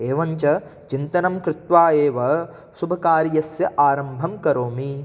एवञ्च चिन्तनं कृत्वा एव शुभकार्यस्य आरम्भं करोमि